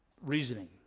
reasoning